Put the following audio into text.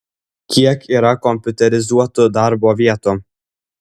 kiek yra kompiuterizuotų darbo vietų